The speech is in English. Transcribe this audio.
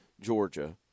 Georgia